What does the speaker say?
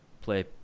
play